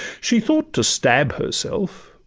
she thought to stab herself,